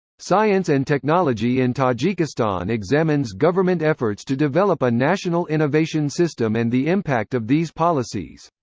science and technology in tajikistan examines government efforts to develop a national innovation system and the impact of these policies.